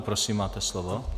Prosím, máte slovo.